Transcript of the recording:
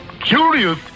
Curious